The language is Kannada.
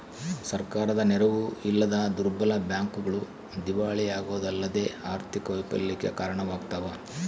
ಸರ್ಕಾರದ ನೆರವು ಇಲ್ಲದ ದುರ್ಬಲ ಬ್ಯಾಂಕ್ಗಳು ದಿವಾಳಿಯಾಗೋದಲ್ಲದೆ ಆರ್ಥಿಕ ವೈಫಲ್ಯಕ್ಕೆ ಕಾರಣವಾಗ್ತವ